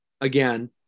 again